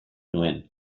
nuen